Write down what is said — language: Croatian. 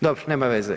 Dobro, nema veze.